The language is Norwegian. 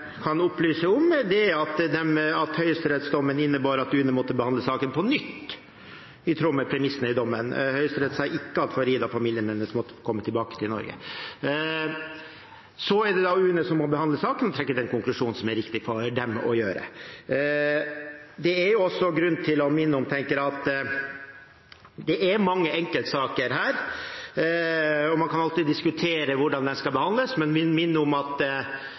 måtte behandle saken på nytt, i tråd med premissene i dommen. Høyesterett sa ikke at Farida og familien hennes måtte komme tilbake til Norge. Det er UNE som må behandle saken og trekke den konklusjonen som er riktig for dem. Det er grunn til å minne om at det er mange enkeltsaker her, og man kan alltid diskutere hvordan de skal behandles. Men jeg vil minne om at